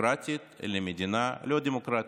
דמוקרטית למדינה לא דמוקרטית.